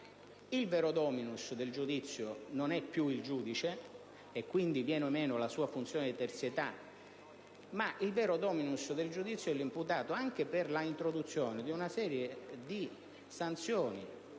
Il vero *dominus* del processo non è più il giudice (e, quindi, viene meno la sua funzione di terzietà), ma il vero *dominus* è l'imputato, anche per l'introduzione di una serie di sanzioni,